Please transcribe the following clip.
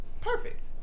Perfect